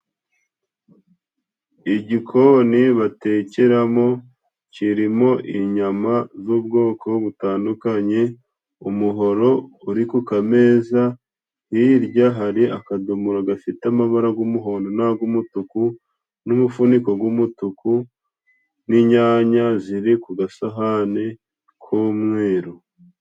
Igikoni batekeramo kirimo inyama z'ubwoko butandukanye. Umuhoro uri ku kameza, hirya hari akadomoro gafite amabara g'umuhondo n'ag'umutuku n'umufuniko w'umutuku n'inyanya ziri ku gasahani k'umweru.